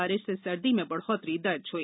बारिश से सर्दी में बढ़ोत्तरी दर्ज हुई